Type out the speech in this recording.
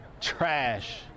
trash